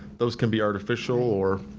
those can be artificial or.